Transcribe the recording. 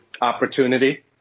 opportunity